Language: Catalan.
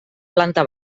planta